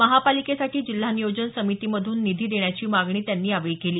महापालिकेसाठी जिल्हा नियोजन समितीतून निधी देण्याची मागणी त्यांनी यावेळी केली